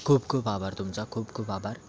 खूप खूप आभार तुमचा खूप खूप आभार